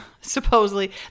supposedly